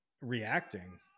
reacting